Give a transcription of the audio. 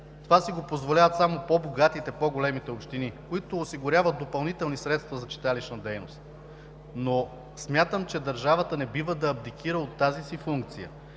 Това си го позволяват само по-богатите, по-големите общини, които осигуряват допълнителни средства за читалищна дейност. Но смятам, че държавата не бива да абдикира от тази си функция.